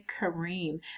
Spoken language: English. Kareem